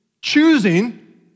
choosing